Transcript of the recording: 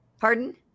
Pardon